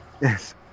Yes